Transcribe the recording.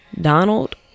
Donald